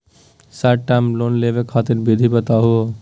Short term loan लेवे खातीर विधि बताहु हो?